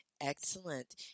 Excellent